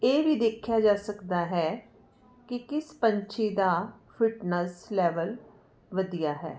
ਇਹ ਵੀ ਦੇਖਿਆ ਜਾ ਸਕਦਾ ਹੈ ਕਿ ਕਿਸ ਪੰਛੀ ਦਾ ਫਿਟਨੈਸ ਲੈਵਲ ਵਧੀਆ ਹੈ